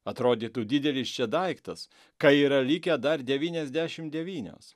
atrodytų didelis čia daiktas kai yra likę dar devyniasdešim devynios